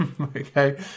okay